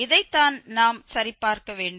இதைத்தான் நாம் சரிபார்க்க வேண்டும்